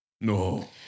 No